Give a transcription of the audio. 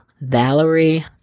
Valerie